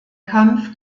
kampf